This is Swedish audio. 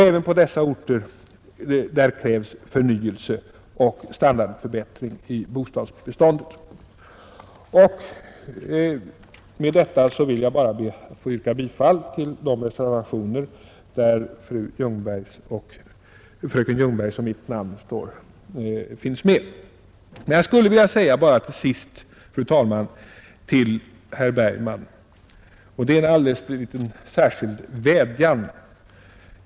Även på dessa orter krävs förnyelse och standardförbättring i bostadsbeståndet. Med detta ber jag att få yrka bifall till de reservationer, där fröken Ljungbergs och mitt namn finns med. Men jag skulle, fru talman, till sist vilja rikta en alldeles särskild vädjan till herr Bergman.